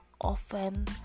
often